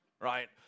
right